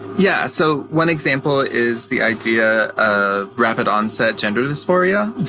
yeah so one example is the idea of rapid onset gender dysphoria.